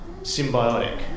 symbiotic